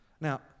Now